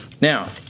Now